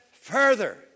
further